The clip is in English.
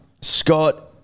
Scott